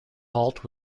halt